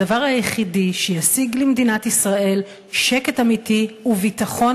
הדבר היחידי שישיג למדינת ישראל שקט אמיתי וביטחון